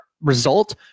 result